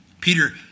Peter